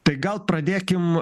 tai gal pradėkim